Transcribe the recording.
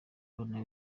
bana